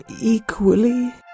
equally